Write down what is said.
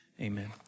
Amen